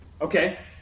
Okay